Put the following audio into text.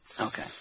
Okay